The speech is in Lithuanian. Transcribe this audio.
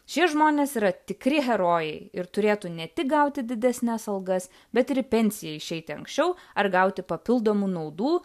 šie žmonės yra tikri herojai ir turėtų ne tik gauti didesnes algas bet ir į pensiją išeiti anksčiau ar gauti papildomų naudų